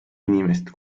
inimest